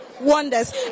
wonders